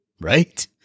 right